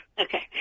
Okay